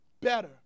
better